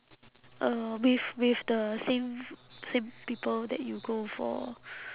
um with with the same same people that you go for